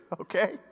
okay